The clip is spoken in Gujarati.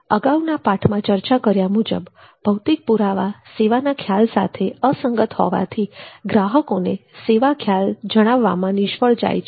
અગાઉના પાઠમાં ચર્ચા કર્યા મુજબ ભૌતિક પુરાવા સેવાના ખ્યાલ સાથે અસંગત હોવાથી ગ્રાહકોને સેવા ખ્યાલ જણાવવામાં નિષ્ફળ જાય છે